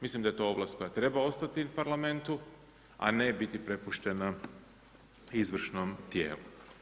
Mislim da je to ovlast koja treba ostati u parlamentu, a ne biti prepuštena izvršnom tijelu.